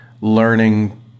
learning